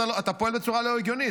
אתה פועל בצורה לא הגיונית.